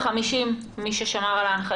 זה 250 אנשים, למי ששמר על ההנחיות.